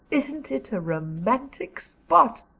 isn't it a romantic spot?